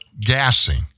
gassing